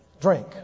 Drink